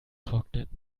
trocknet